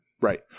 Right